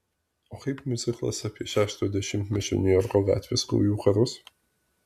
o kaip miuziklas apie šeštojo dešimtmečio niujorko gatvės gaujų karus